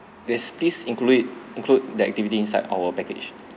is this included include the activity inside our package